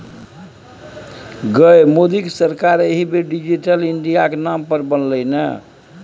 गै मोदीक सरकार एहि बेर डिजिटले इंडियाक नाम पर बनलै ने